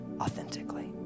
authentically